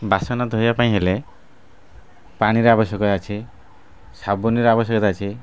ବାସନ ଧୋଇବାପାଇଁ ହେଲେ ପାଣିର ଆବଶ୍ୟକତା ଅଛି ସାବୁନର ଆବଶ୍ୟକତା ଅଛି